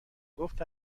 گفت